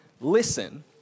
listen